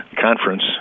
conference